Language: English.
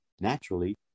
naturally